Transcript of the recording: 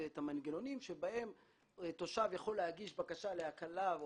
והמנגנונים שבהם תושב יכול להגיש בקשה להקלה או